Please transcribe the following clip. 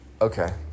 okay